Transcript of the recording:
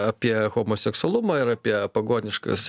apie homoseksualumą ir apie pagoniškas